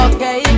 Okay